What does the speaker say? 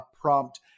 prompt